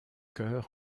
chœur